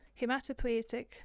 hematopoietic